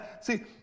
See